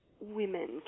women